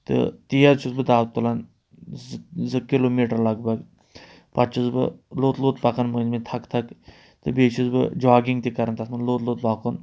تہٕ تیز چھُس بہٕ دَو تُلان زٕ زٕ کِلوٗ میٖٹر لگ بگ پتہٕ چھُس بہٕ لوٚت لوٚت پَکان مٔنزۍ مٔنٛزۍ تھکھ تھکھ تہٕ بیٚیہِ چھُس بہٕ جاگِنٛگ تہِ کران تتھ منٛز لوٚت لوٚت پکُن